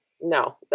No